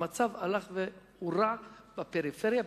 המצב הלך והורע בפריפריה,